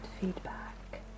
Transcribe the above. feedback